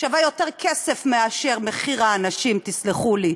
שווה יותר כסף מאשר מחיר האנשים, תסלחו לי.